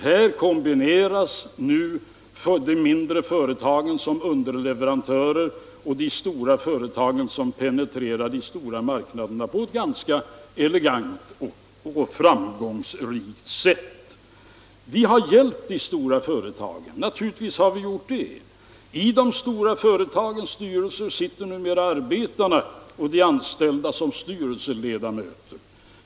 Här kombineras de mindre företagen såsom underleverantörer med de stora företagen, som penetrerar de stora marknaderna på ett ganska effektivt och framgångsrikt sätt. Vi har naturligtvis hjälpt de stora företagen. I de stora företagens styrelser sitter numera arbetare och anställda såsom styrelseledamöter.